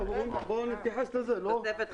בעיקר אלה שיש להם,